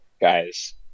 guys